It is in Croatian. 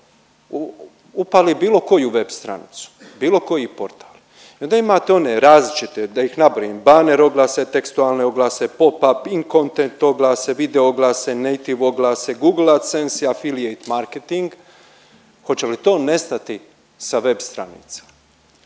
upali bilo koju web stranicu, bilo koji portal onda imate one različite da ih nabrojim banner oglase, tekstualne oglase, popup, incontent oglase, video oglase, net oglase, google adsense, affiliate marketing, hoće li to nestati sa web stranica?